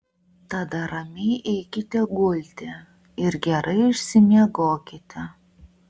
tada ramiai eikite gulti ir gerai išsimiegokite